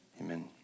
amen